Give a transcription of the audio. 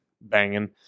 banging